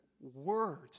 words